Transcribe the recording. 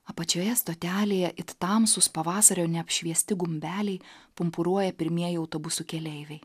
apačioje stotelėje it tamsūs pavasario neapšviesti gumbeliai pumpuruoja pirmieji autobusų keleiviai